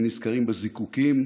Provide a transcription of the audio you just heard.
הם נזכרים בזיקוקים.